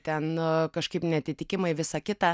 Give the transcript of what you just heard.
ten kažkaip neatitikimai visa kita